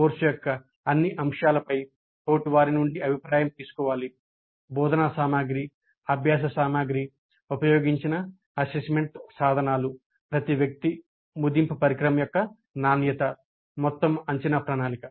course యొక్క అన్ని అంశాలపై తోటివారి నుండి అభిప్రాయం తీసుకోవాలి బోధనా సామగ్రి అభ్యాస సామగ్రి ఉపయోగించిన అసెస్మెంట్ సాధనాలు ప్రతి వ్యక్తి మదింపు పరికరం యొక్క నాణ్యత మొత్తం అంచనా ప్రణాళిక